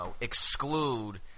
exclude